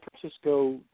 Francisco